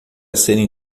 serem